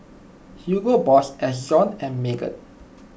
Hugo Boss Ezion and Megan